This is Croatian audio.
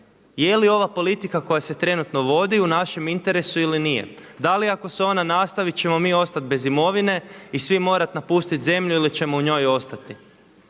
je li ova politika koja se trenutno vodi u našem interesu ili nije. Da li ako se ona nastavi ćemo mi ostati bez imovine i svi morat napustit zemlju ili ćemo u njoj ostati?